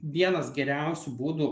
vienas geriausių būdų